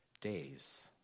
days